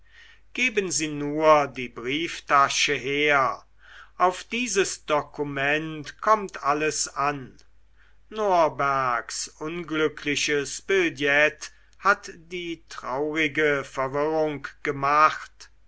geben sie nur die brieftasche her auf dieses dokument kommt alles an norbergs unglückliches billett hat die traurige verwirrung gemacht